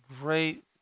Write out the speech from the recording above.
great